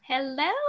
Hello